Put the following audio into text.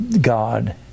God